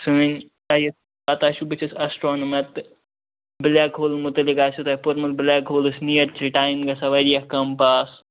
سٲنٛۍ پےَ پَتہٕ آسہِ بُتھِ اسٹرانمر تہٕ بُلیک ہول مُتعلِق آسٮ۪و تۄہہِ پوٚرمُت بُلیٚک ہولَس نِیر چھُ ٹایم گَژھان واریاہ کم پاس